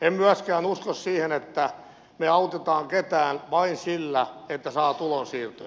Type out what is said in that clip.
en myöskään usko siihen että me autamme ketään vain sillä että saa tulonsiirtoja